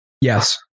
Yes